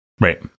Right